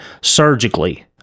surgically